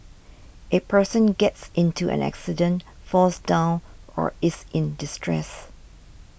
a person gets into an accident falls down or is in distress